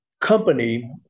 company